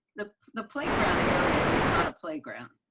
the the playground area is not a playground.